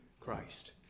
Christ